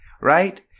Right